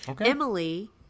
Emily